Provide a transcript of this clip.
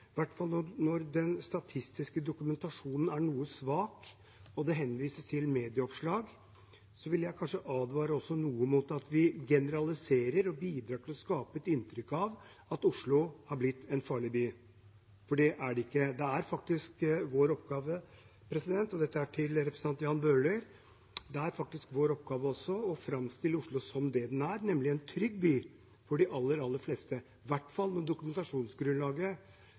hvert fall når den statistiske dokumentasjonen er noe svak, og det henvises til medieoppslag – vil jeg advare litt mot å generalisere og bidra til å skape et inntrykk av at Oslo har blitt en farlig by, for det er den ikke. Det er faktisk vår oppgave – og dette er til representanten Jan Bøhler – også å framstille Oslo som det den er, nemlig en trygg by for de aller fleste, i hvert fall når dokumentasjonsgrunnlaget